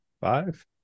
five